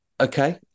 okay